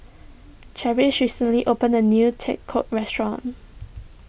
Charisse recently opened a new Tacos restaurant